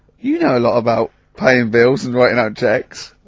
you know a lot about paying bills and writing out checks,